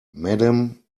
madam